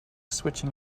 switching